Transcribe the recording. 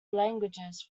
languages